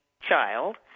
child